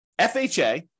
FHA